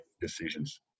decisions